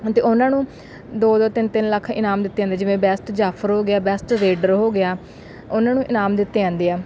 ਅਤੇ ਉਹਨਾਂ ਨੂੰ ਦੋ ਦੋ ਤਿੰਨ ਤਿੰਨ ਲੱਖ ਇਨਾਮ ਦਿੱਤੇ ਜਾਂਦੇ ਜਿਵੇਂ ਬੈਸਟ ਜਾਫਰ ਹੋ ਗਿਆ ਬੈਸਟ ਰੇਡਰ ਹੋ ਗਿਆ ਉਹਨਾਂ ਨੂੰ ਇਨਾਮ ਦਿੱਤੇ ਜਾਂਦੇ ਆ